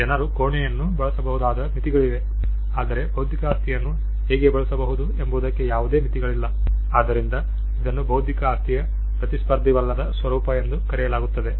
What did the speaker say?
ಜನರು ಕೋಣೆಯನ್ನು ಬಳಸಬಹುದಾದ ಮಿತಿಗಳಿವೆ ಆದರೆ ಬೌದ್ಧಿಕ ಆಸ್ತಿಯನ್ನು ಹೇಗೆ ಬಳಸಬಹುದು ಎಂಬುದಕ್ಕೆ ಯಾವುದೇ ಮಿತಿಗಳಿಲ್ಲ ಆದ್ದರಿಂದ ಇದನ್ನು ಬೌದ್ಧಿಕ ಆಸ್ತಿಯ ಪ್ರತಿಸ್ಪರ್ಧಿವಲ್ಲದ ಸ್ವರೂಪ ಎಂದು ಕರೆಯಲಾಗುತ್ತದೆ